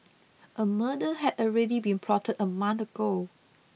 a murder had already been plotted a month ago